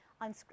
on